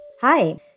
Hi